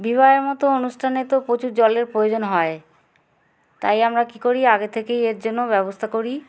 বিবাহের মতো অনুষ্ঠানে তো প্রচুর জলের প্রয়োজন হয় তাই আমরা কী করি আগে থেকেই এর জন্য ব্যবস্থা করি